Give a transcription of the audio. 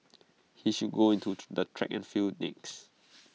he should go into the track and field next